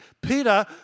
Peter